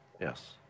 yes